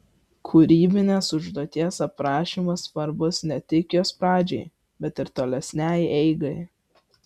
kūrybinės užduoties aprašymas svarbus ne tik jos pradžiai bet ir tolesnei eigai